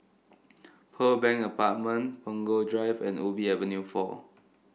Pearl Bank Apartment Punggol Drive and Ubi Avenue four